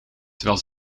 terwijl